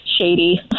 shady